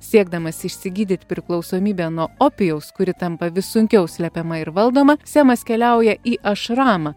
siekdamas išsigydyt priklausomybę nuo opijaus kuri tampa vis sunkiau slepiama ir valdoma semas keliauja į ašramą